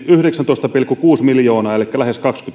yhdeksäntoista pilkku kuusi miljoonaa elikkä lähes kaksikymmentä